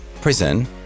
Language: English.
prison